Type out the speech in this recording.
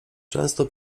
często